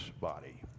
body